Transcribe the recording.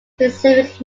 specific